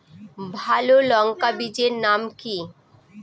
ভালো লঙ্কা বীজের নাম কি?